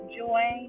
joy